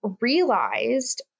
realized